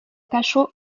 cachot